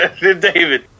David